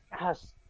Yes